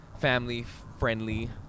family-friendly